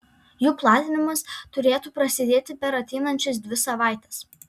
jų platinimas turėtų prasidėti per ateinančias dvi savaites